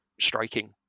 striking